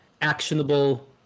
actionable